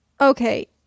Okay